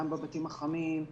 גם בבתים החמים,